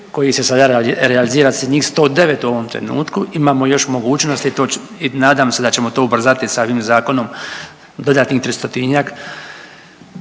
koji se sada, realizira sa njih 109 u ovom trenutku imamo još mogućnosti i to, i nadam se da ćemo to ubrzati sa ovim zakonom dodatnih tristotinjak